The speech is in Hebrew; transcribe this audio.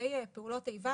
בנפגעי פעולות איבה,